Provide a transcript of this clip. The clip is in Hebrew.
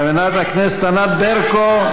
חברת הכנסת ענת ברקו,